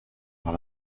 par